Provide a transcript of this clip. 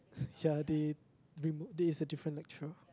ya they remove there is a different lecturer